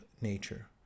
nature